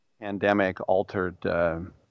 pandemic-altered